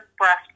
breast